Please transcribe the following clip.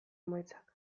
emaitzak